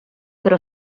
però